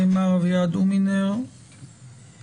מר אביעד הומינר, בבקשה.